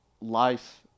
life